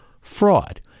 fraud